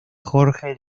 jorge